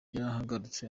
yarahagurutse